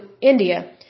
India